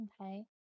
okay